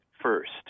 first